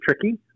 tricky